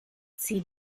zieh